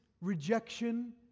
rejection